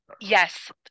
Yes